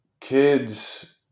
kids